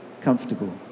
comfortable